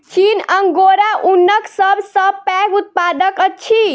चीन अंगोरा ऊनक सब सॅ पैघ उत्पादक अछि